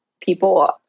people